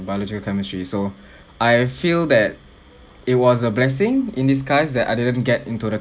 biological chemistry so I feel that it was a blessing in disguise that I didn't get into the